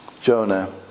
Jonah